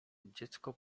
dziecko